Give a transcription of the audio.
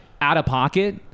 out-of-pocket